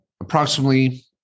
approximately